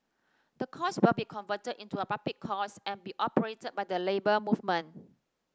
the course will be converted into a public course and be operated by the Labour Movement